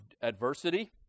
adversity